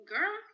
Girl